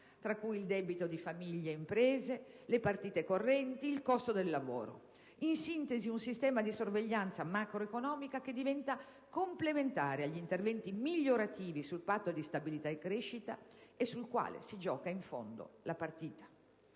tra cui il debito di famiglie e imprese, le partite correnti, il costo del lavoro. In sintesi, un sistema di sorveglianza macroeconomica che diventa complementare agli interventi migliorativi sul Patto di stabilità e crescita e sul quale si gioca, in fondo, la partita.